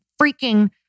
freaking